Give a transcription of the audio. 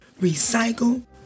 recycle